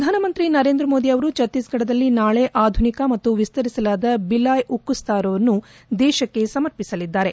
ಪ್ರಧಾನಮಂತ್ರಿ ನರೇಂದ್ರ ಮೋದಿ ಅವರು ಛತ್ತೀಸ್ಫಡದಲ್ಲಿ ನಾಳೆ ಆಧುನಿಕ ಮತ್ತು ವಿಸ್ತರಿಸಲಾದ ಭಿಲಾಯ್ ಉಕ್ಷು ಸ್ಥಾವರವನ್ನು ದೇಶಕ್ಷ ಸಮರ್ಪಿಸಲಿದ್ದಾರೆ